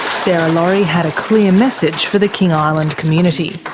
sarah laurie had a clear message for the king island community.